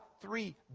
three